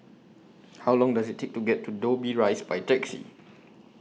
How Long Does IT Take to get to Dobbie Rise By Taxi